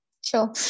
Sure